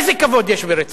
איזה כבוד יש ברצח?